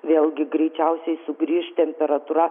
vėlgi greičiausiai sugrįš temperatūra